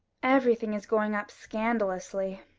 everything is going up scandalously,